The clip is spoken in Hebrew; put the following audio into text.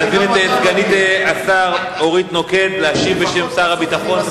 אני מזמין את סגנית השר אורית נוקד להשיב בשם שר הביטחון.